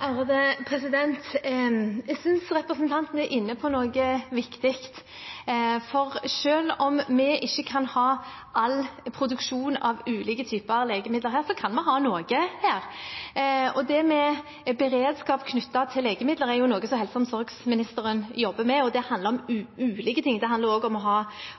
Jeg synes representanten er inne på noe viktig, for selv om vi ikke kan ha all produksjon av ulike typer legemidler her, kan vi ha noe. Det med beredskap knyttet til legemidler er noe som helse- og omsorgsministeren jobber med, og det handler om ulike ting. Det handler også om å